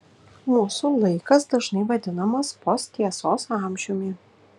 mūsų laikas dažnai vadinamas posttiesos amžiumi